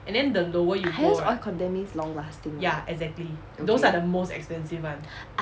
highest oil content means long lasting ah